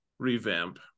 Revamp